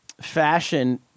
fashion